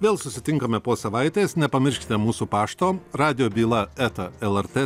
vėl susitinkame po savaitės nepamirškite mūsų pašto radijo byla eta lrt